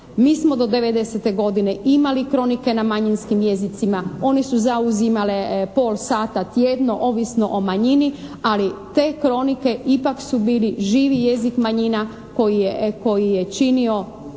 Mi smo do '90. godine imali kronike na manjinskim jezicima, one su zauzimale pol sata tjedno ovisno o manjini, ali te kronike ipak su bili živi jezik manjina koji je činio